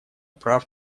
прав